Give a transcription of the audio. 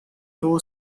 two